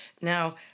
now